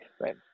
Right